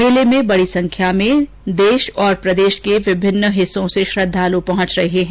मेले में बड़ी संख्या में प्रदेश तथा देश के अन्य हिस्सों से श्रद्धालु पहुंच रहे हैं